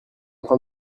train